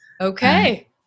Okay